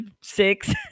six